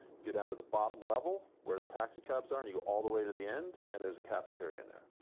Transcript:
go down to the bottom level where the taxicabs are, and you go all the way to the end and there's a cafeteria in there.